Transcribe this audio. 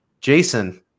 Jason